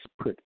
put